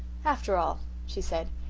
after all she said,